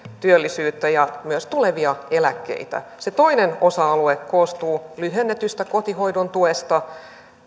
työllisyyttä ja myös tulevia eläkkeitä se toinen osa alue koostuu lyhennetystä kotihoidon tuesta